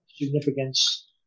significance